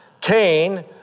Cain